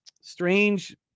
strange